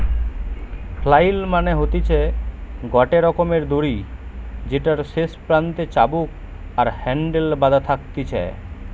flail মানে হতিছে গটে রকমের দড়ি যেটার শেষ প্রান্তে চাবুক আর হ্যান্ডেল বাধা থাকতিছে